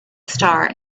star